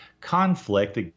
conflict